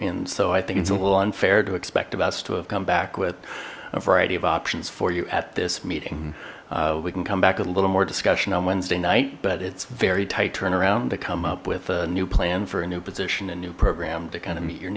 and so i think it's a little unfair to expect us to have come back with a variety of options for you at this meeting we can come back with a little more discussion on wednesday night but it's very tight turn around to come up with a new plan for a new position and new program to kind of meet your